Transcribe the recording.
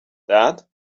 that